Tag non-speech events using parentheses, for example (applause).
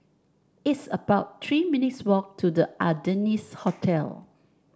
it's about Three minutes' walk to The Ardennes (noise) Hotel